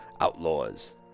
outlaws